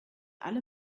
alle